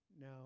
Now